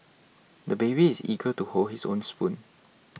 the baby is eager to hold his own spoon